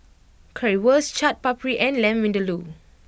Currywurst Chaat Papri and Lamb Vindaloo